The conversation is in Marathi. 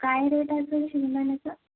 काय रेट असेल शेंगदाण्याचा